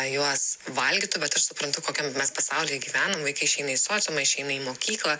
juos valgytų bet aš suprantu kokiam mes pasauly gyvenam vaikai išeina į sociumą išeina į mokyklą